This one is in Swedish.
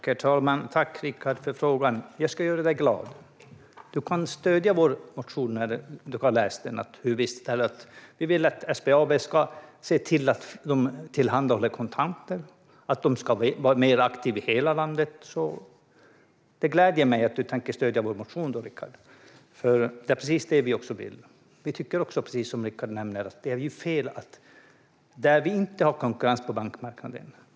Herr talman! Tack, Rickard, för frågan! Jag ska göra dig glad. Du kan stödja vår motion, när du har läst den, där vi vill att SBAB ska tillhandahålla kontanter och vara mer aktiva i hela landet. Det gläder mig att du tänker stödja vår motion, Rickard, för vi tycker precis som du att det är fel att inte ha konkurrens på bankmarknaden.